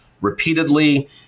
repeatedly